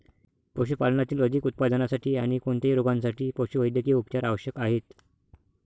पशुपालनातील अधिक उत्पादनासाठी आणी कोणत्याही रोगांसाठी पशुवैद्यकीय उपचार आवश्यक आहेत